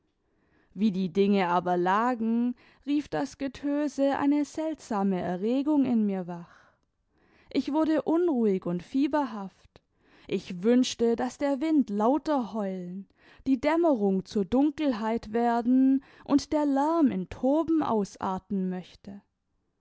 wie die dinge aber lagen rief das getöse eine seltsame erregung in mir wach ich wurde unruhig und fieberhaft ich wünschte daß der wind lauter heulen die dämmerung zur dunkelheit werden und der lärm in toben ausarten möchte